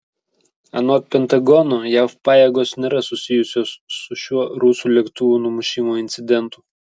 anot pentagono jav pajėgos nėra susijusios su šiuo rusų lėktuvo numušimo incidentu